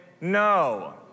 no